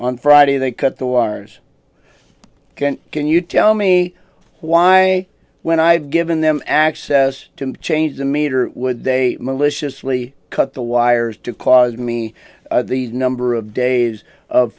on friday they cut the wires can you tell me why when i given them access to change the meter would they maliciously cut the wires to cause me the number of days of